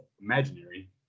imaginary